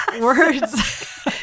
words